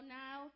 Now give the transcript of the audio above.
now